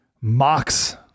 mocks